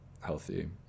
healthy